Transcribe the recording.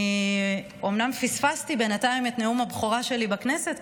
אני אומנם פספסתי בינתיים את נאום הבכורה שלי בכנסת,